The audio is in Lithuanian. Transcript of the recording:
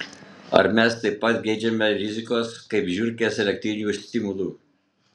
ar mes taip pat geidžiame rizikos kaip žiurkės elektrinių stimulų